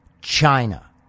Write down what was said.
China